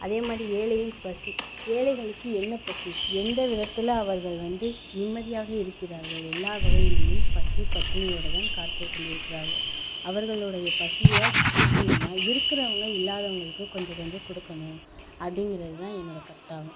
அதேமாதிரி ஏழையின் பசி ஏழைகளுக்கு என்ன பசி எந்த விதத்தில் அவர்கள் வந்து நிம்மதியாக இருக்கிறார்கள் எல்லா வகையிலேயும் பசி பட்டினியோடு தான் காத்துக் கொண்டு இருக்கிறார்கள் அவர்களுடைய பசியை தீர்க்கணும்னா இருக்கிறவங்க இல்லாதவங்களுக்கு கொஞ்சம் கொஞ்சம் கொடுக்கணும் அப்படிங்கறதுதான் என்னோடய கருத்தாகும்